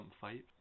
fight